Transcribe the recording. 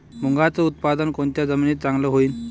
मुंगाचं उत्पादन कोनच्या जमीनीत चांगलं होईन?